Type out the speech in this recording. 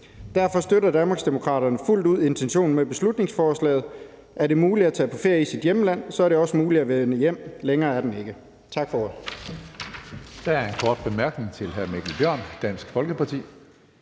Derfor støtter Danmarksdemokraterne fuldt ud intentionen med beslutningsforslaget. Er det muligt at tage på ferie i sit hjemland, er det også muligt at vende hjem. Længere er den ikke. Tak for